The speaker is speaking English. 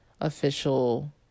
official